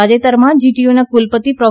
તાજેતરમાં જીટીયુના કુલપતિ પ્રો